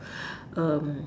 um